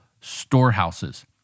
storehouses